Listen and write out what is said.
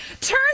turn